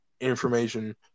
information